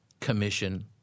commission